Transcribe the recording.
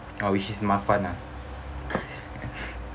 oh which is ma fan ah